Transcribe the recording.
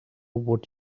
what